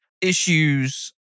issues